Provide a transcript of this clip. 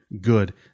good